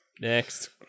Next